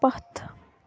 پتھ